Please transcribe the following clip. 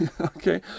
Okay